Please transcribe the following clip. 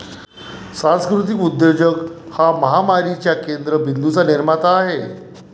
सांस्कृतिक उद्योजक हा महामारीच्या केंद्र बिंदूंचा निर्माता आहे